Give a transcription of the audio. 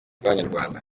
bw’abanyarwanda